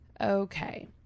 Okay